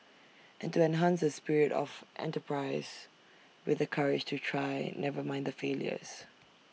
and to enhance the spirit of enterprise with the courage to try never mind the failures